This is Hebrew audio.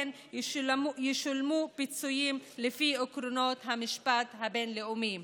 ישולמו פיצויים לפי עקרונות המשפט הבין-לאומי";